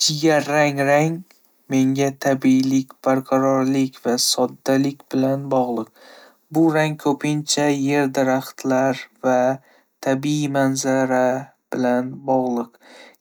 Jigarrang rang menga tabiiylik, barqarorlik va soddalik bilan bog'liq. Bu rang ko'pincha yer, daraxtlar va tabiiy manzara bilan bog'liq.